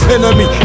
Enemy